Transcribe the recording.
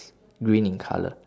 green in colour